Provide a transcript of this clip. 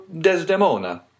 Desdemona